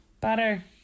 butter